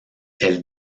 elle